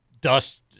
dust